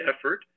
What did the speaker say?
effort